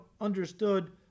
understood